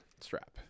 strap